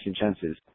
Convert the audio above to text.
chances